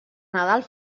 nadal